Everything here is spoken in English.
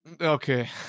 Okay